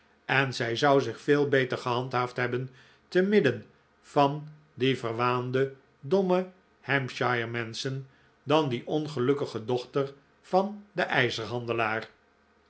en zij zou zich veel beter gehandhaafd hebben te midden van die verwaande domme hampshire menschen dan die ongelukkige dochter van den